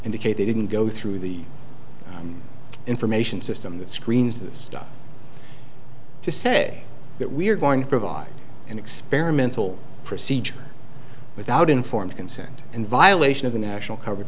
indicate they didn't go through the information system that screens that stuff to say that we are going to provide an experimental procedure without informed consent and violation of the national coverage